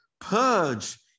purge